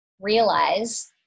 realize